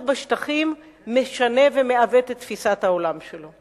בשטחים משנה ומעוות את תפיסת העולם שלו.